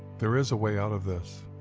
there is a way out of this.